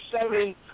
seven